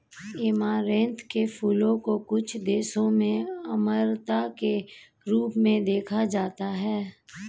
amaranth के फूलों को कुछ देशों में अमरता के रूप में देखा जाता है